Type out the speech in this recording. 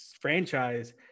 franchise